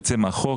יוצא מהחוק,